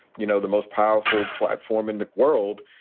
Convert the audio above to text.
you know, the most powerful platform in the world.